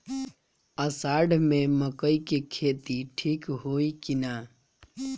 अषाढ़ मे मकई के खेती ठीक होई कि ना?